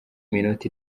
minota